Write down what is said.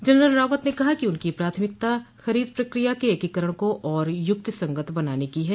general Rawat ने कहा कि उनकी प्राथमिकता खरीद प्रक्रिया के एकीकरण को और युक्तिसंगत बनाने की है